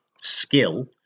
skill